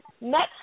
next